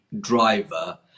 driver